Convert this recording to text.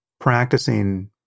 practicing